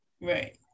Right